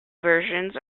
versions